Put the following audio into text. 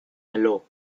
hello